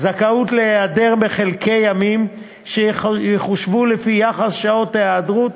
זכאות להיעדר חלקי ימים שיחושבו לפי יחס שעות ההיעדרות